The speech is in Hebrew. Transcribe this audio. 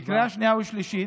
זה עבר בקריאה שנייה ושלישית,